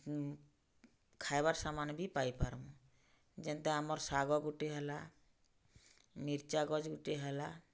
ଖାଏବାର୍ ସମାନ୍ ବି ପାଇପାର୍ମୁ ଯେନ୍ତା ଆମର୍ ଶାଗ ଗୁଟେ ହେଲା ମିର୍ଚା ଗଛ୍ ଗୁଟେ ହେଲା